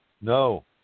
No